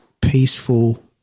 peaceful